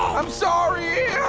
i'm sorry,